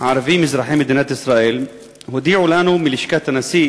הערבים אזרחי מדינת ישראל, הודיעו לנו מלשכת הנשיא